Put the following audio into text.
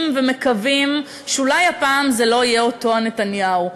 ומקווים שאולי הפעם זה לא יהיה אותו נתניהו.